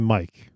Mike